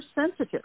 sensitive